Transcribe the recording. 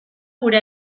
gure